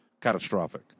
catastrophic